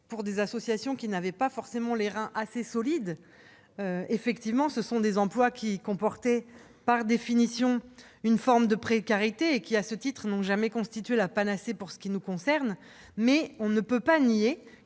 pour des associations n'ayant pas forcément des reins assez solides. Effectivement, ces emplois comportaient, par définition, une forme de précarité ; à ce titre, ils n'ont jamais constitué la panacée pour nous. Mais on ne peut pas nier